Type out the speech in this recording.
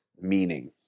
meaning